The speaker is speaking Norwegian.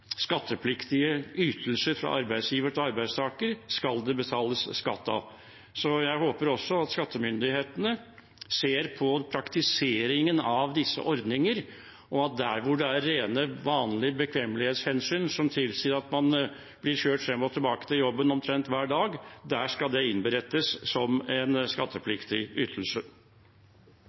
også ser på praktiseringen av disse ordninger, og at der det er rene, vanlige bekvemmelighetshensyn som tilsier at man blir kjørt frem og tilbake til jobben omtrent hver dag, skal det innberettes som en skattepliktig ytelse.